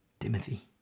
Timothy